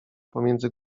pomiędzy